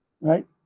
right